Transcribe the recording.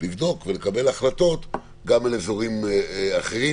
לבדוק ולקבל החלטות גם על אזורים אחרים,